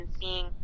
seeing